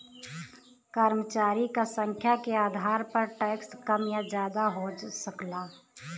कर्मचारी क संख्या के आधार पर टैक्स कम या जादा हो सकला